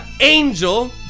angel